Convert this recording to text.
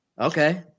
okay